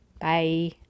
Bye